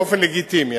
באופן לגיטימי,